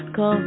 go